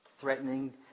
Threatening